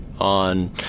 on